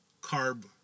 carb